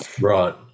Right